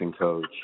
coach